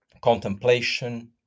contemplation